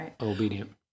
obedient